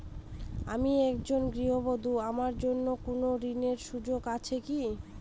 আমি একজন গৃহবধূ আমার জন্য কোন ঋণের সুযোগ আছে কি?